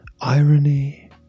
irony